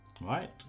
Right